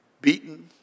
beaten